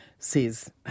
Says